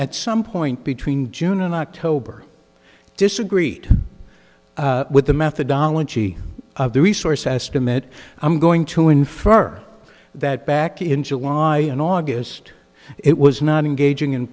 at some point between june and october disagreed with the methodology of the resource estimate i'm going to infer that back in july and august it was not engaging in